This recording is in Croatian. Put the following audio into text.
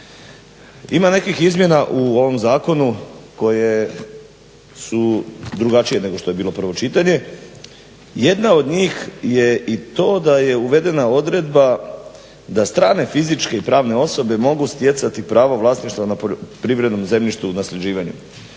ima nekih izmjena u ovom zakonu koje su drugačije nego što je bilo prvo čitanje. Jedna od njih je i to da je uvedena odredba da strane fizičke i pravne osobe mogu stjecati pravo vlasništva na poljoprivrednom zemljištu u nasljeđivanju.